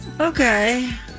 Okay